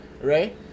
Right